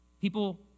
People